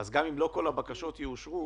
מה הסכום של כל 41,000 הבקשות האלה?